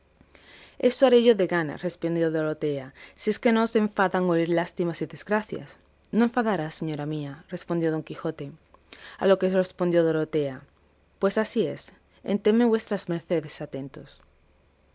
haré yo de gana respondió dorotea si es que no os enfadan oír lástimas y desgracias no enfadará señora mía respondió don quijote a lo que respondió dorotea pues así es esténme vuestras mercedes atentos